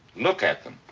look at them.